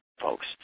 folks